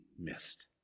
missed